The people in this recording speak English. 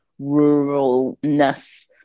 ruralness